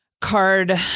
card